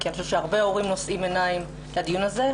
כי אני חושבת שהרבה הורים נושאים עיניים לדיון הזה,